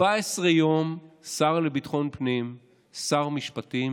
14 יום השר לביטחון הפנים ושר המשפטים